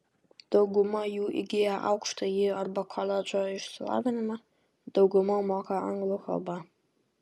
dauguma jų įgiję aukštąjį arba koledžo išsilavinimą dauguma moka anglų kalbą